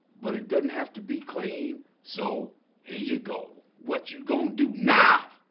but it doesn't have to be clean. so here you go. what you gone do now?